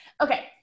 Okay